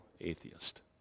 atheist